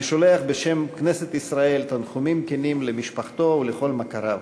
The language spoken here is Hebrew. אני שולח בשם כנסת ישראל תנחומים כנים למשפחתו ולכל מכריו.